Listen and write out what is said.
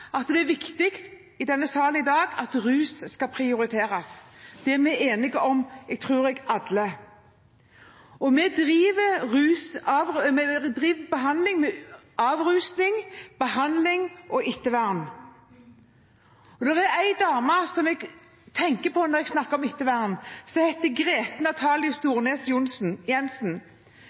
at det er viktig at rus skal prioriteres. Det tror jeg vi alle er enige om. Vi driver avrusning, behandling og ettervern. Da er det en dame som jeg tenker på når jeg snakker om ettervern, som heter Grete Natalie Storm-Johansen. Hun sto som rusmisbruker nede på Plata her i Oslo for 16 år siden. Så